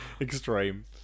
extreme